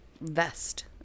vest